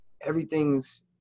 everything's